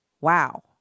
Wow